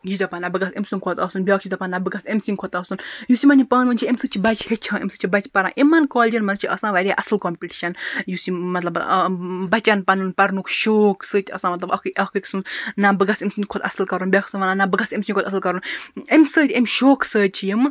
یہِ چھُ دَپان نہَ بہٕ گَژھِ امہ سٕنٛد کھۄتہٕ آسُن بیاکھ چھُ دَپان نہَ بہٕ گَژھِ امہ سٕنٛدۍ کھۄتہٕ آسُن یُس یِمَن یہِ پانہٕ ؤنۍ چھُ امہ سۭتۍ چھ بَچہِ ہیٚچھان امہِ سۭتۍ چھِ بَچہ پَران اِمن کالجَن مَنٛز چھِ آسان واریاہ اصٕل کَمپیٚٹشَن یُس یِم مَطلَب بَچَن پَنُن پَرنُک شوق سۭتۍ آسان مَطلَب اکھ أکۍ سُنٛد نہَ بہٕ گَژھِ امہ سٕنٛدۍ کھۄتہٕ اصٕل کَرُن بیاکھ آسان وَنان نہَ بہٕ گَژھٕ امہ سٕنٛدۍ کھۄتہٕ اصٕل کَرُن امہِ سۭتۍ امہِ شوقہٕ سۭتۍ چھِ یِم